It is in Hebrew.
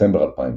בדצמבר 2005